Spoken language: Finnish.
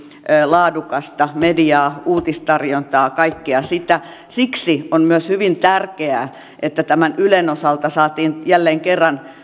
laadukasta mediaa uutistarjontaa kaikkea sitä siksi on myös hyvin tärkeää että ylen osalta saatiin jälleen kerran